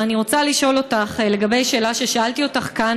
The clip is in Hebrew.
אבל אני רוצה לשאול אותך לגבי שאלה ששאלתי אותך כאן